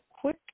quick